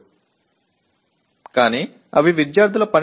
க்களையும் உரையாற்றலாம்